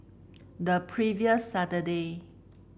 the previous Saturday